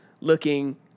looking